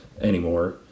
anymore